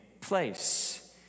place